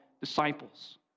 disciples